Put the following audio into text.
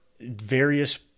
various